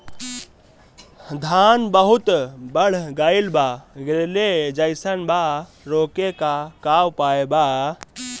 धान बहुत बढ़ गईल बा गिरले जईसन बा रोके क का उपाय बा?